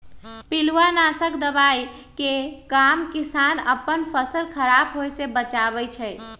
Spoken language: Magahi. पिलुआ नाशक दवाइ के काम किसान अप्पन फसल ख़राप होय् से बचबै छइ